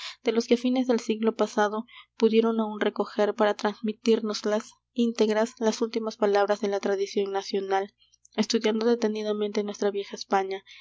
de los que á fines del siglo pasado pudieron aún recoger para transmitírnoslas integras las últimas palabras de la tradición nacional estudiando detenidamente nuestra vieja españa